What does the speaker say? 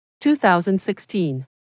2016